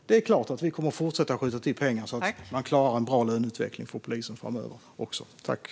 Vi kommer såklart att fortsätta skjuta till pengar så att man kan ha en bra löneutveckling för polisen också framöver.